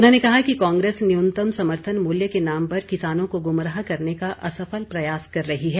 उन्होंने कहा कि कांग्रेस न्यूनतम समर्थन मूल्य के नाम पर किसानों को गुमराह करने का असफल प्रयास कर रही है